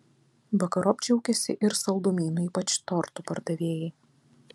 vakarop džiaugėsi ir saldumynų ypač tortų pardavėjai